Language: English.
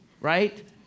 right